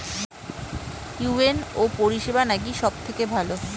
UNO পরিসেবা নাকি সব থেকে ভালো?